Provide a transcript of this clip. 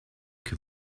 que